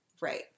Right